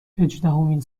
هجدهمین